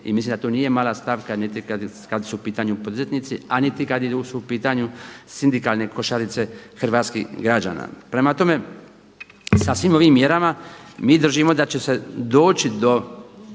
i mislim da to nije mala stavka niti kada su u pitanju poduzetnici, a niti kada su u pitanju sindikalne košarice hrvatskih građana. Prema tome, sa svim ovim mjerama mi držimo da će se doći do